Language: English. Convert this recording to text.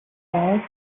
walls